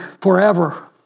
forever